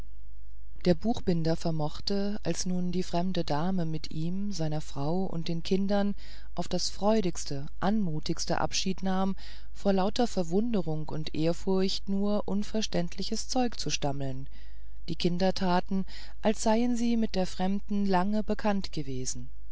der buchbinder vermochte als nun die fremde dame von ihm seiner frau und den kindern auf das freudigste anmutigste abschied nahm vor lauter verwunderung und ehrfurcht nur unverständliches zeug zu stammeln die kinder taten als seien sie mit der fremden lange bekannt gewesen